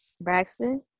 Braxton